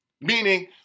meaning